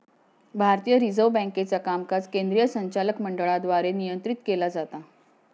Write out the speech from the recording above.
भारतीय रिझर्व्ह बँकेचा कामकाज केंद्रीय संचालक मंडळाद्वारे नियंत्रित केला जाता